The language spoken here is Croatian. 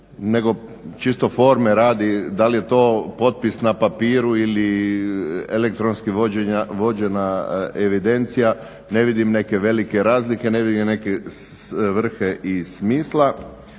nego čisto forme radi da li je to potpis na papiru ili elektronski vođena evidencija ne vidim neke velike razlike, ne vidim neke svrhe i smisla.